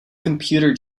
computer